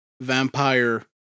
vampire